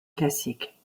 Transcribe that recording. classique